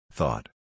Thought